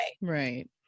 Right